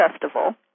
festival